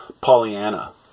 Pollyanna